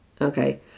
Okay